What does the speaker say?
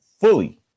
fully